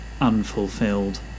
unfulfilled